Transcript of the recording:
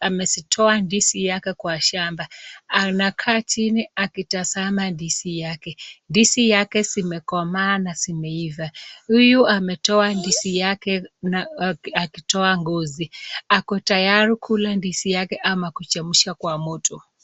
amezitoa ndizi yake kwa shamba. Anakaa chini akitazama ndizi yake. Ndizi yake zimekomaa na zimeiva. Huyu ametoa ndizi yake akitoa ngozi, ako tayari kula ndizi yake ama kuchemsha kwa moto.